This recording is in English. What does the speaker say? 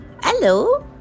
hello